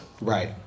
right